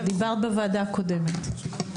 דיברת בוועדה הקודמת.